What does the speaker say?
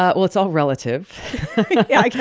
ah well, it's all relative yeah, i guess